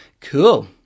cool